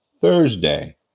Thursday